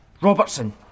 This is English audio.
Robertson